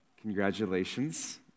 Congratulations